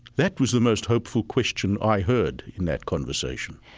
that was the most hopeful question i heard in that conversation